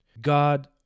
god